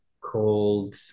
Called